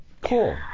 Cool